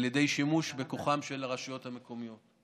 ידי שימוש בכוחן של הרשויות המקומיות.